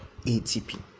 ATP